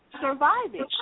surviving